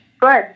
Good